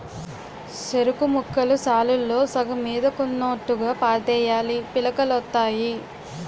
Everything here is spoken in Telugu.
సెరుకుముక్కలు సాలుల్లో సగం మీదకున్నోట్టుగా పాతేయాలీ పిలకలొత్తాయి